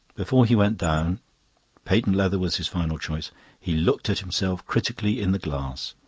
before he went down patent leather was his final choice he looked at himself critically in the glass.